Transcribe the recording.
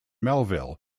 melville